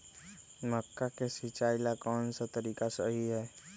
मक्का के सिचाई ला कौन सा तरीका सही है?